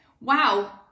Wow